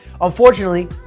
Unfortunately